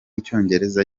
icyongereza